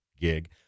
Gig